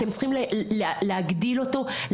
אתם צריכים להגדיל אותו,